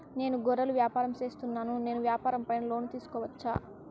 నేను గొర్రెలు వ్యాపారం సేస్తున్నాను, నేను వ్యాపారం పైన లోను తీసుకోవచ్చా?